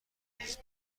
ریز